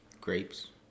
Grapes